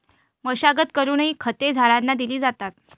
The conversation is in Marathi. मशागत करूनही खते झाडांना दिली जातात